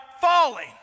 falling